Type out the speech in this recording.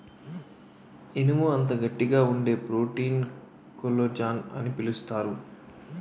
ఇనుము అంత గట్టిగా వుండే ప్రోటీన్ కొల్లజాన్ అని పిలుస్తారు